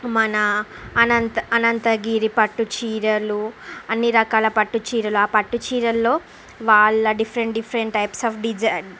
మన అనంత అనంతగిరి పట్టుచీరలు అన్ని రకాల పట్టు చీరలు అ పట్టు చీరల్లో వాళ్ళ different different types of design